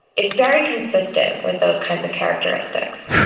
it's very consistent with those kinds of characteristics.